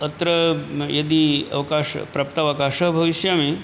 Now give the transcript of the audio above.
अत्र म् यदि अवकाशः प्राप्तावकाशः भविष्यमि